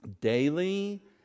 Daily